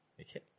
Okay